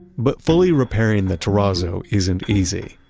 but fully repairing the terrazzo isn't easy.